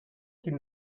qu’il